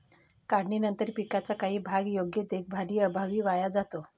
काढणीनंतर पिकाचा काही भाग योग्य देखभालीअभावी वाया जातो